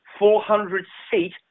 400-seat